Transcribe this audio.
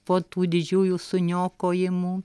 po tų didžiųjų suniokojimų